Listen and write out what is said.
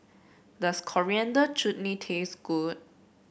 does Coriander Chutney taste good